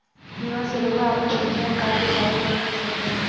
ईहवा से रऊआ आपन ए.टी.एम कार्ड के चालू बंद कर सकेनी